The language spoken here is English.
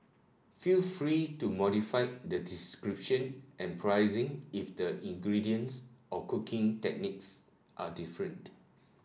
feel free to modify the description and pricing if the ingredients or cooking techniques are different